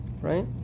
right